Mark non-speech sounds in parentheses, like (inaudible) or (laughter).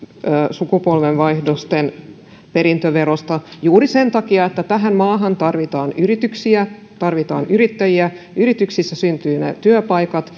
sukupolvenvaihdosten perintöverosta juuri sen takia että tähän maahan tarvitaan yrityksiä tarvitaan yrittäjiä yrityksissä syntyvät ne työpaikat (unintelligible)